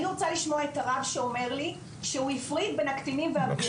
אני רוצה לשמוע את הרב שאומר לי שהוא הפריד בין הבגירים ובין הקטינים,